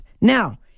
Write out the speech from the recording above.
Now